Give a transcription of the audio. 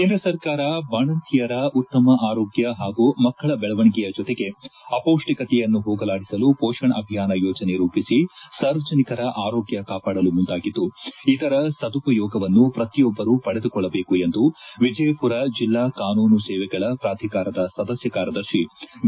ಕೇಂದ್ರ ಸರ್ಕಾರ ಬಾಣಂತಿಯರ ಮಹಿಳೆಯರ ಉತ್ತಮ ಆರೋಗ್ಯ ಹಾಗೂ ಮಕ್ಕಳ ಬೆಳವಣೆಗೆಯ ಜೊತೆಗೆ ಅಪೌಷ್ಟಿಕತೆಯನ್ನು ಹೋಗಲಾಡಿಸಲು ಪೋಷಣ್ ಅಭಿಯಾನ ಯೋಜನೆ ರೂಪಿಸಿ ಸಾರ್ವಜನಿಕರ ಆರೋಗ್ಯ ಕಾಪಾಡಲು ಮುಂದಾಗಿದ್ದು ಇದರ ಸದುಪಯೋಗವನ್ನು ಪ್ರತಿಯೊಬ್ಬರು ಪಡೆದುಕೊಳ್ಳಬೇಕು ಎಂದು ವಿಜಯಪುರ ಜಿಲ್ಲಾ ಕಾನೂನು ಸೇವೆಗಳ ಪ್ರಾಧಿಕಾರದ ಸದಸ್ನ ಕಾರ್ಯದರ್ತಿ ವಿ